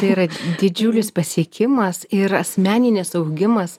tai yra didžiulis pasiekimas ir asmeninis augimas